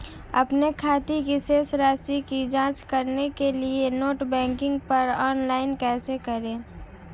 अपने खाते की शेष राशि की जांच करने के लिए नेट बैंकिंग पर लॉगइन कैसे करें?